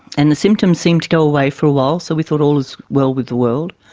and the symptoms seemed to go away for a while, so we thought all was well with the world.